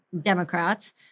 Democrats